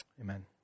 amen